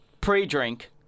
pre-drink